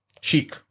Chic